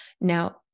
Now